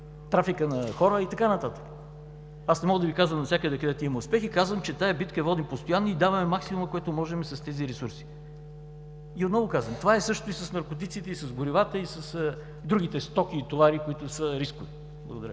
трафика на хора и така нататък. Аз не мога да Ви казвам навсякъде, където има успехи. Казвам, че тази битка я водим постоянно и даваме максимума, който можем, с тези ресурси. И отново казвам, че това е същото – и с наркотиците, и с горивата, и с другите стоки и товари, които са рискови. Благодаря